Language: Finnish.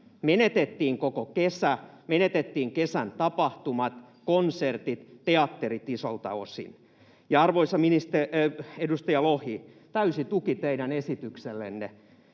Menetettiin koko kesä, menetettiin kesän tapahtumat, konsertit ja teatterit isolta osin. Arvoisa edustaja Lohi: täysi tuki teidän esityksellenne,